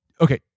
Okay